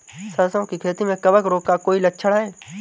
सरसों की खेती में कवक रोग का कोई लक्षण है?